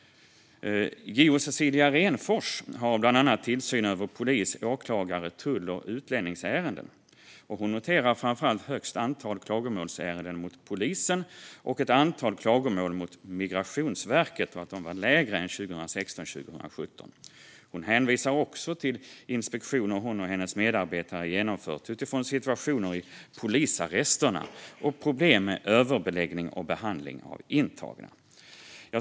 JO Cecilia Renfors har bland annat tillsyn över polis, åklagar, tull och utlänningsärenden. Hon noterar framför allt att högst antal klagomålsärenden var mot polisen och att antalet klagomål mot Migrationsverket var lägre än 2016/17. Hon hänvisar också till inspektioner som hon och hennes medarbetare genomfört utifrån situationer i polisarresterna och problem med överbeläggning och behandling av intagna.